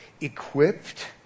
equipped